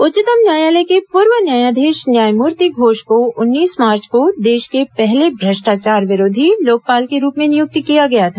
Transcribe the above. उच्चतम न्यायालय के पूर्व न्यायाधीश न्यायमूर्ति घोष को उन्नीस मार्च को देश के पहले भ्रष्टाचार विरोधी लोकपाल के रूप में नियुक्त किया गया था